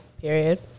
Period